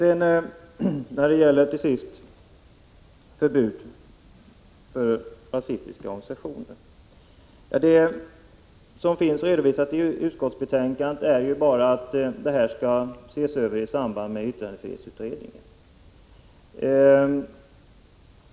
Till sist några ord om förbud mot rasistiska organisationer. I utskottsbetän Prot. 1985/86:153 kandet redovisas bara att den saken skall tas upp i samband med yttrandefri 28 maj 1986 hetsutredningen.